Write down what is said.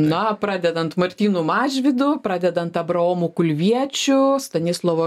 na pradedant martynu mažvydu pradedant abraomu kulviečiu stanislovu